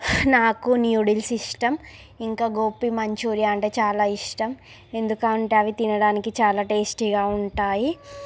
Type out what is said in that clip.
నాకు నూడిల్స్ ఇష్టం ఇంకా గోబీ మంచూరియా అంటే చాలా ఇష్టం ఎందుకంటే అవి తినడానికి చాలా టేస్టీగా ఉంటాయి